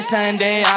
Sunday